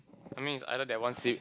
I mean is either that one sib~